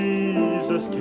Jesus